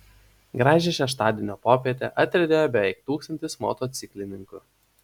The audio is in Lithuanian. gražią šeštadienio popietę atriedėjo beveik tūkstantis motociklininkų